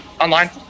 online